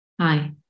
Hi